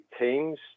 teams